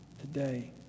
today